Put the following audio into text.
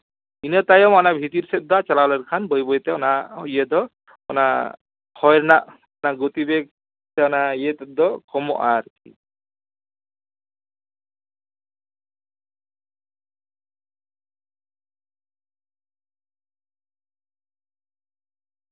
ᱤᱱᱟᱹ ᱛᱟᱭᱚᱢ ᱦᱟᱱᱟ ᱵᱷᱤᱛᱤᱨ ᱥᱮᱫ ᱫᱚ ᱪᱟᱞᱟᱣ ᱞᱮᱱᱠᱷᱟᱱ ᱵᱟᱹᱭ ᱵᱟᱹᱭᱛᱮ ᱚᱱᱟ ᱤᱭᱟᱹ ᱫᱚ ᱚᱱᱟ ᱦᱚᱭ ᱨᱮᱱᱟᱜ ᱢᱤᱫᱴᱟᱝ ᱜᱚᱛᱤᱵᱮᱜᱽ ᱥᱮ ᱚᱱᱟ ᱤᱭᱟᱹ ᱛᱮᱫ ᱫᱚ ᱠᱚᱢᱚᱜᱼᱟ ᱟᱨᱠᱤ